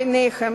וביניהן,